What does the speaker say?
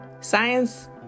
science